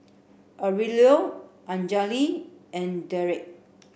Aurelio Anjali and Dereck